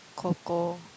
cocoa